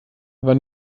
war